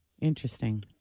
interesting